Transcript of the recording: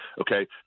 Okay